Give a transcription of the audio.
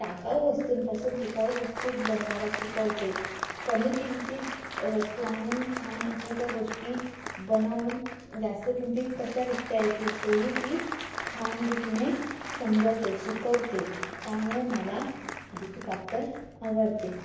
टाकाऊ वस्तूंपासून टिकाऊ वस्तू बनवायला शिकवते कमी किमतीत वस्तू आणून छान अशा त्या गोष्टी बनवून जास्त किमतीत कशा विकता येतील तेही ती छान रीतीने समजवते शिकवते त्यामुळे मला अदिती क्राफ्टर आवडते